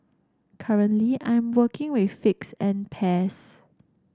currently I'm working with figs and pears